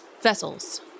vessels